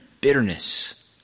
bitterness